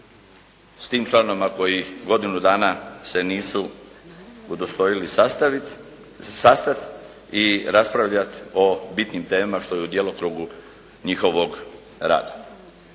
u tom … ako i godinu dana se nisu udostojali sastati i raspravljati o bitnim temama što je u djelokrugu njihovog rada.